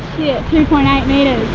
two point eight meters